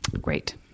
Great